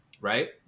right